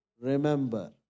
Remember